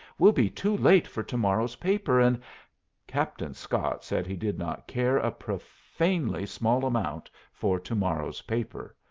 we'll be too late for to-morrow's paper, and captain scott said he did not care a profanely small amount for to-morrow's paper,